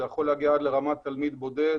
זה יכול להגיע עד לרמת תלמיד בודד